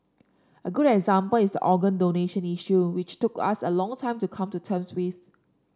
a good example is the organ donation issue which took us a long time to come to terms with